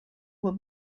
will